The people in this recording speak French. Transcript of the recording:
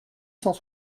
cent